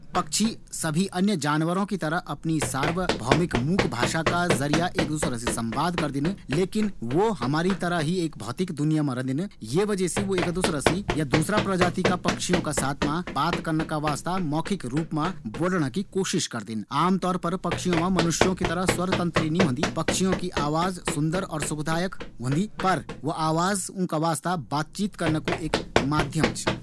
पक्षी अन्य सभी जानवरों की तरह अपनी सार्वभौमिक मूक भाषा का जरिया आपस मा संवाद करदिन। लेकिन वू हमारी तरह ही एक भौतिक दुनिया मा रंदिन ये वजह से वू आपस मा संवाद करना का वास्ता मौखिक रूप मा बोलणा की कोशिश करदिन। आमतौर पर पक्षियों मा मनुष्यों की तरह स्वरतंत्री नी होंदी। पक्षियों की आवाज सुंदर और सुखदाई होंदी। पर वा आवाज ऊंका वास्ता बातचीत करना कू एक माध्यम च।